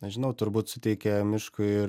nežinau turbūt suteikė miškui ir